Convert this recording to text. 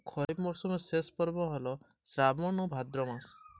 খরিপ মরসুমের শেষ পর্ব বলতে কোন কোন মাস কে ধরা হয়?